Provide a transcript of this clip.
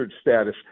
status